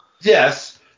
Yes